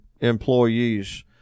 employees